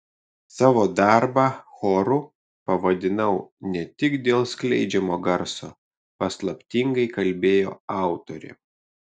savo darbą choru pavadinau ne tik dėl skleidžiamo garso paslaptingai kalbėjo autorė